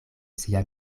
sia